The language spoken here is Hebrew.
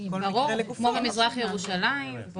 כמו במזרח ירושלים.